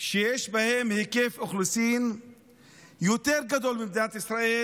שיש בהן היקף אוכלוסין יותר גדול ממדינת ישראל,